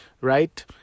right